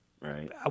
right